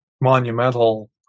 monumental